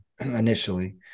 initially